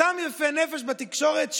אותם יפי נפש בתקשורת,